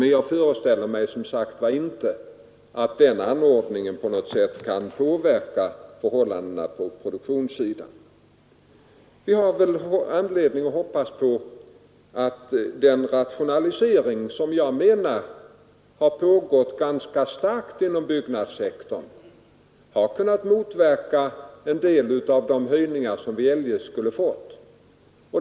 Men jag föreställer mig som sagt inte att bostadstilläggen kan påverka förhållandena på produktionssidan. Vi har väl anledning att hoppas på att den ganska starka rationalisering som jag anser har skett inom byggnadssektorn har kunnat till en del motverka höjningar vi eljest skulle ha fått.